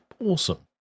awesome